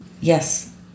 Yes